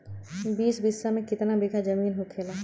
बीस बिस्सा में कितना बिघा जमीन होखेला?